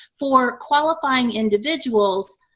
for qualifying individuals,